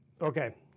Okay